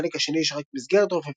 בחלק השני יש רק מסגרת רופפת,